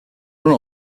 run